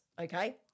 okay